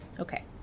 Okay